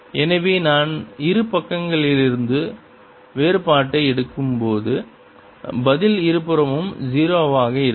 எனவே நான் இரு பக்கங்களிலிருந்தும் வேறுபாட்டை எடுக்கும்போது பதில் இருபுறமும் 0 ஆக இருக்கும்